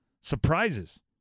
surprises